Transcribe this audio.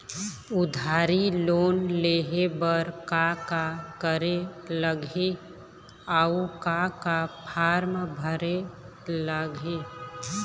उधारी लोन लेहे बर का का करे लगही अऊ का का फार्म भरे लगही?